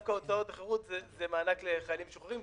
דווקא הוצאות אחרות זה מענק לחיילים משוחררים,